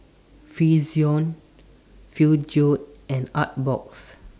Frixion Peugeot and Artbox